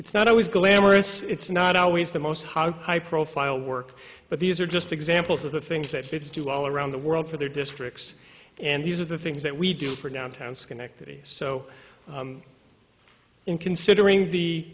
it's not always glamorous it's not always the most hard high profile work but these are just examples of the things that kids do all around the world for their districts and these are the things that we do for downtown schenectady so in considering